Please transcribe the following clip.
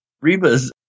reba's